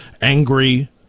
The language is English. angry